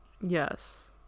Yes